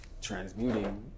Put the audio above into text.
transmuting